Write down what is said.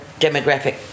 demographic